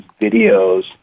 videos